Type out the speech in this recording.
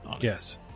Yes